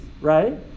right